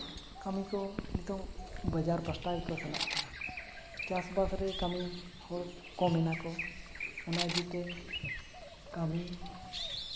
ᱠᱟᱹᱢᱤ ᱠᱚ ᱱᱤᱛᱚᱜ ᱵᱟᱡᱟᱨ ᱯᱟᱥᱴᱟ ᱜᱮᱠᱚ ᱥᱮᱱᱚᱜ ᱠᱟᱱᱟ ᱪᱟᱥᱵᱟᱥ ᱨᱮ ᱠᱟᱹᱢᱤ ᱦᱚᱲ ᱠᱚᱢ ᱱᱟᱠᱚ ᱚᱱᱟ ᱤᱫᱤ ᱛᱮ ᱠᱟᱹᱢᱤ